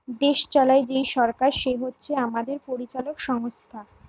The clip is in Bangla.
দেশ চালায় যেই সরকার সে হচ্ছে আমাদের পরিচালক সংস্থা